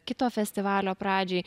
kito festivalio pradžiai